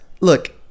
Look